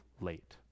late